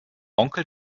onkel